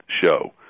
show